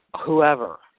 whoever